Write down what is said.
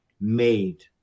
made